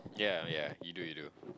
yeah yeah you do you do